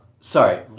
sorry